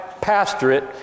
pastorate